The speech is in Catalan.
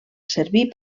servir